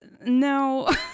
no